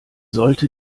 sollte